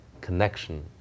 connection